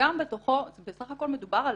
וגם בתוכו בסך הכול מדובר על